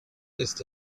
ist